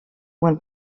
when